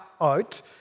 out